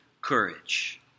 courage